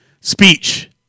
speech